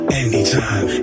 anytime